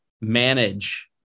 manage